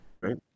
Right